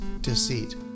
deceit